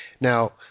Now